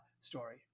story